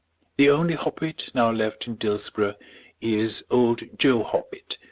the only hoppet now left in dillsborough is old joe hoppet,